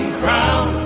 crown